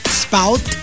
spout